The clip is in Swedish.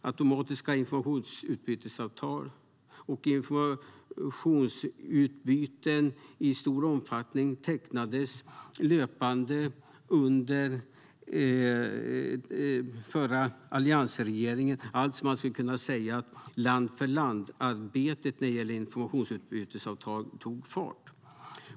Automatiska informationsutbytesavtal om informationsutbyte i stor omfattning tecknades löpande under förra alliansregeringen. Allt som allt skulle man kunna säga att land-för-land-arbetet när det gäller informationsutbytesavtal tog fart.